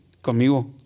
conmigo